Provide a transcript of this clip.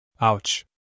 Ouch